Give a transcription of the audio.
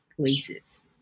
places